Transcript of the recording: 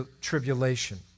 tribulation